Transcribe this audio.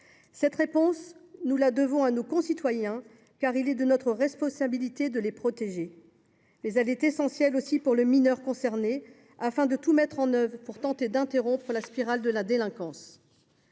Cette réponse, nous la devons à nos concitoyens, car il est de notre responsabilité de les protéger. Mais elle est essentielle aussi pour le mineur concerné, pour le bien duquel il importe de tout mettre en œuvre, afin de tenter d’interrompre la spirale de la délinquance.